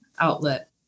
outlet